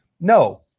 No